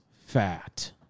fat